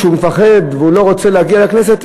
שהוא מפחד והוא לא רוצה להגיע לכנסת,